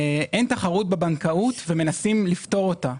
אין תחרות בבנקאות ומנסים לפתור אותה.